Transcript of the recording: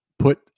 put